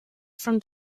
from